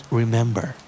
remember